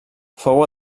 fou